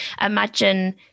imagine